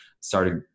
started